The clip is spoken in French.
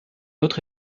autre